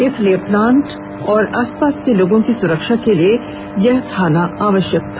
इसलिए प्लांट और आसपास के लोगों की सुरक्षा के लिए यह थाना आवश्यक था